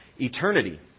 eternity